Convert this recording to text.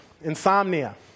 insomnia